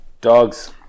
Dogs